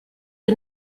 for